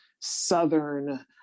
Southern